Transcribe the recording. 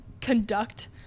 conduct